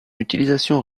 utilisation